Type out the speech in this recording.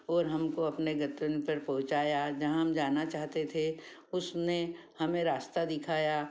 और हमको अपने गंतव्य पर पहुँचाया जहाँ हम जाना चाहते थे उसने हमें रास्ता दिखाया